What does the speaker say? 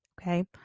okay